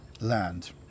land